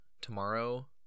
tomorrow